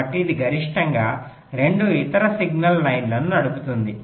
కాబట్టి ఇది గరిష్టంగా 2 ఇతర సిగ్నల్ లైన్లను నడుపుతుంది